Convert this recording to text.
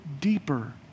deeper